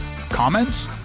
Comments